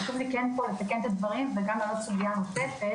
חשוב לי לתקן פה את הדברים וגם להעלות סוגיה נוספת.